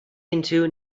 into